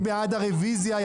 מי נגד הרביזיה?